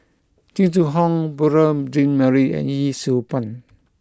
Jing Jun Hong Beurel Jean Marie and Yee Siew Pun